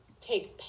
take